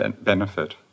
benefit